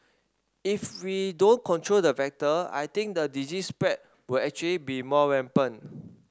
if we don't control the vector I think the disease spread will actually be more rampant